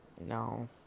no